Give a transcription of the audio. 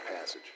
passage